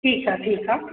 ठीकु आहे ठीकु आहे